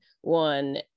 one